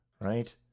right